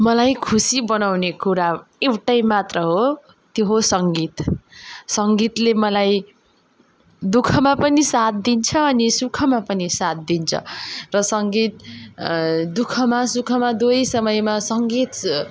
मलाई खुसी बनाउने कुरा एउटै मात्र हो त्यो हो सङ्गीत सङ्गीतले मलाई दु खमा पनि साथ दिन्छ अनि सुखमा पनि साथ दिन्छ र सङ्गीत दु खमा सुखमा दुवै समयमा सङ्गीत